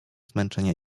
zmęczenia